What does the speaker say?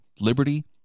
liberty